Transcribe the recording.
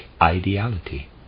ideality